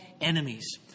enemies